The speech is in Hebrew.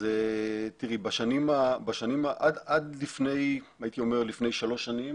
אז תראי עד לפני שלוש שנים